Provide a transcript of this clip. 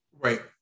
Right